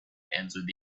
answered